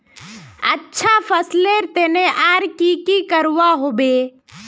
अच्छा फसलेर तने आर की की करवा होबे?